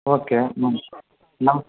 okay మ మా